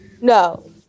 No